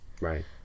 Right